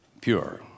pure